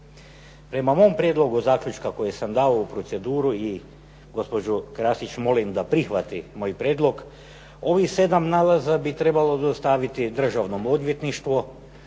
Prema mom prijedlogu zaključka koje sam dao u proceduru i gospođu Krasić molim da prihvati moj prijedlog. Ovih sedam nalaza bi trebalo dostaviti državnom odvjetništvu